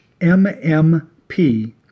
mmp